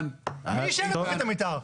מי אישר את תוכנית המתאר?